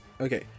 Okay